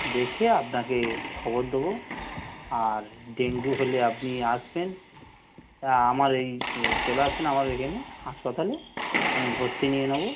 দেখে আপনাকে খবর দেবো আর ডেঙ্গু হলে আপনি আসবেন আমার এই চলে আসুন আমার এখানে হাসপাতালে আমি ভর্তি নিয়ে নেবো